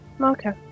Okay